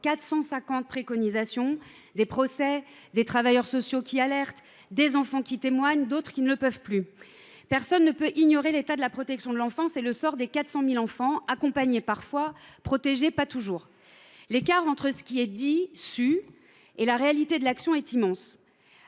des procès ont eu lieu, des travailleurs sociaux ont alerté, des enfants ont témoigné. D’autres ne le peuvent plus. Personne ne peut ignorer l’état de la protection de l’enfance et le sort des 400 000 enfants accompagnés, parfois, protégés, mais pas toujours. L’écart entre ce qui est dit et su et la réalité de l’action est immense.